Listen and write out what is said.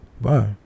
Bye